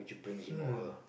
hmm